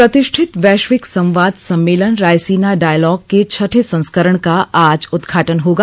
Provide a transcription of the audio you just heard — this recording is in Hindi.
प्रतिष्ठित वैश्विक संवाद सम्मेलन रायसीना डॉयलाग के छठे संस्करण का आज उदघाटन होगा